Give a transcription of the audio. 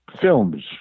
films